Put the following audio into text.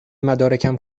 مدارکم